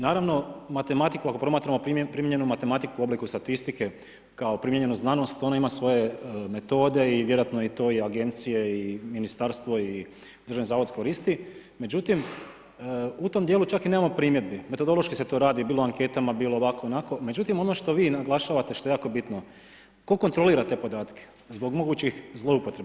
Naravno matematikom ako promatramo primijenjenu matematiku u obliku statistike kao primijenjenu znanost, ona ima svoje metode i vjerojatno i to je i agencije i ministarstvo i državni zavod koristi, međutim, u tom djelu čak i nemamo primjedbi, metodološki se to radi, bilo o anketama, bilo ovako, onako, međutim ono što vi naglašavate, što je jako bitno, tko kontrolira te podatke zbog mogućih zloupotreba.